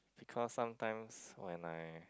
because sometimes when I